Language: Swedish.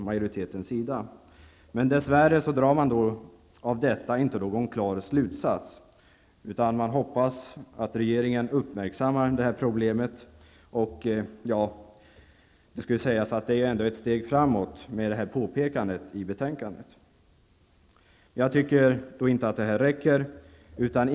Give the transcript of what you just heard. Dess värre drar majoriteten av detta inte någon klar slutsats utan hoppas att regeringen skall uppmärksamma detta problem. Men det skall ju sägas att det påpekande ändå är ett steg framåt. Jag tycker dock inte att detta påpekande räcker.